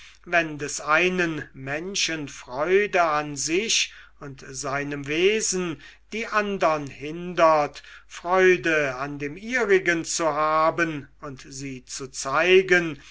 wenn des einen menschen freude an sich und seinem wesen die andern hindert freude an dem ihrigen zu haben und sie zu zeigen